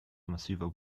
massiver